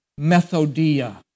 methodia